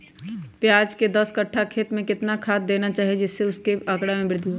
प्याज के दस कठ्ठा खेत में कितना खाद देना चाहिए जिससे उसके आंकड़ा में वृद्धि हो?